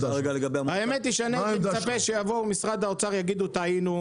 האמת היא שאני הייתי מצפה שיבוא משרד האוצר ויגידו "טעינו",